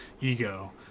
ego